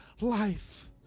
life